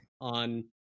on